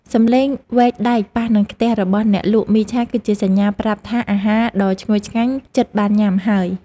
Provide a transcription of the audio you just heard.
សំឡេងវែកដែកប៉ះនឹងខ្ទះរបស់អ្នកលក់មីឆាគឺជាសញ្ញាប្រាប់ថាអាហារដ៏ឈ្ងុយឆ្ងាញ់ជិតបានញ៉ាំហើយ។